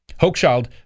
Hochschild